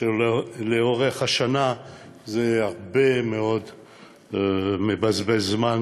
שלאורך השנה זה היה מבזבז הרבה מאוד זמן